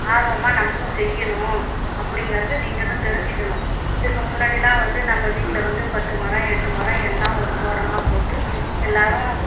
ஆர்வமாக நம்மளும் செய்யணும் அப்படிங்கிறது நீங்களும் தெரிஞ்சுக்கணும் இதுக்கு முன்னாடிலாம் வந்து நம்ம வீட்டில் வந்து பத்து மரம் எட்டு மரம் எல்லாம் ஒரு தோட்டமாக போட்டு எல்லோரும்